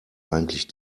eigentlich